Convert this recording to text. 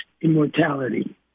immortality